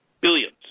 billions